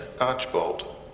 Archbold